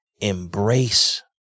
embrace